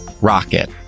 Rocket